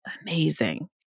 amazing